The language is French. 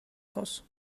vacances